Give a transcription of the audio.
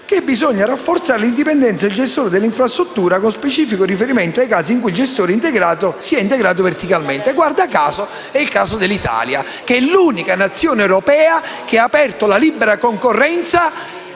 che bisogna rafforzare l'indipendenza del gestore dell'infrastruttura con specifico riferimento ai casi in cui il gestore sia integrato verticalmente. Guarda caso, è la situazione dell'Italia che è l'unica Nazione europea ad aver aperto la libera concorrenza